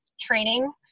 training